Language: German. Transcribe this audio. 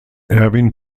erwin